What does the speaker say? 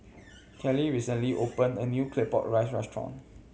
Keli recently opened a new Claypot Rice restaurant